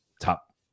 top